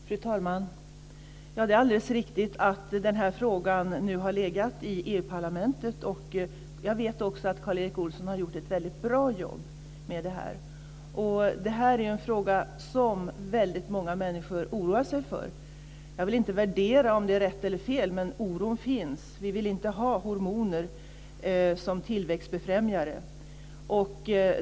Fru talman! Det är alldeles riktigt att frågan nu har legat i EU-parlamentet. Jag vet också att Karl Erik Olsson har gjort ett väldigt bra jobb med betänkandet. Det är en fråga som väldigt många människor oroar sig för. Jag vill inte värdera om det är rätt eller fel, men oron finns. Vi vill inte ha hormoner som tillväxtbefrämjare.